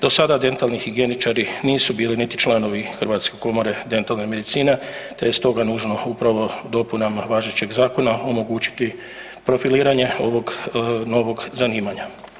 Do sada dentalni higijeničari nisu bili niti članovi Hrvatske komore dentalne medicine te je stoga nužno upravo dopunama važećeg zakona omogućiti profiliranje ovog novog zanimanja.